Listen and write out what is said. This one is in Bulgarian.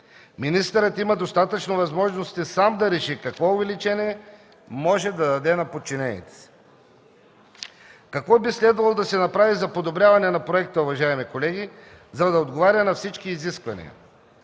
Министърът има достатъчно възможности сам да реши какво увеличение може да даде на подчинените си. Какво би следвало да се направи за подобряване на проекта, уважаеми колеги, за да отговаря на всички изисквания?